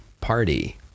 party